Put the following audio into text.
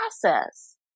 process